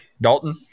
Dalton